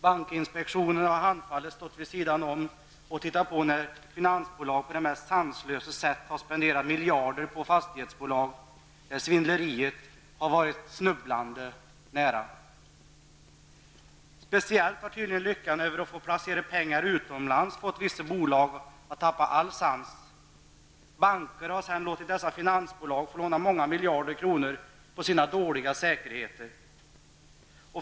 Bankinspektionen har handfallen stått vid sidan om och tittat på när finansbolag på det mest sanslösa sätt har spenderat miljarder på fastighetsbolag där svindleriet har varit snubblande nära. Speciellt har tydligen lyckan över att få placera pengar utomlands fått vissa bolag att tappa all sans. Banker har sedan låtit dessa finansbolag få låna många miljarder kronor på sina dåliga säkerheter.